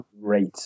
great